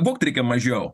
vogt reikia mažiau